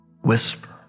whisper